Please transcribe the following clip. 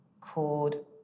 called